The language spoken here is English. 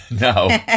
no